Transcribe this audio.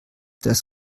das